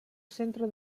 centre